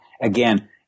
again